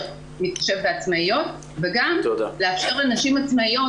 מתחשב בעצמאיות וגם לאפשר לנשים עצמאיות,